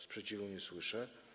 Sprzeciwu nie słyszę.